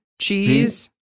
cheese